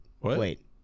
Wait